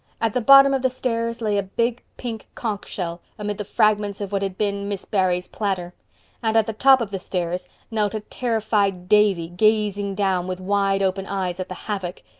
at the bottom of the stairs lay a big pink conch shell amid the fragments of what had been miss barry's platter and at the top of the stairs knelt a terrified davy, gazing down with wide-open eyes at the havoc.